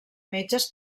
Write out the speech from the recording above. metges